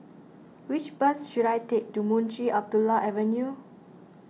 which bus should I take to Munshi Abdullah Avenue